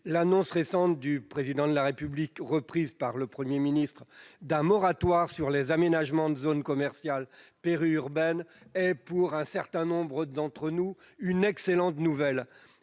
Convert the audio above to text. l'annonce récente du Président de la République, reprise par le Premier ministre, d'un moratoire sur les aménagements de zones commerciales périurbaines est pour un certain nombre d'entre nous une excellente nouvelle.